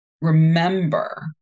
remember